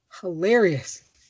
hilarious